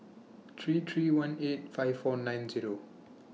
three three one eight five four nine Zero